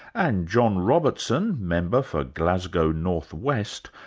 and john robertson, member for glasgow north west,